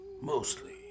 mostly